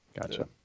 Gotcha